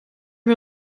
wir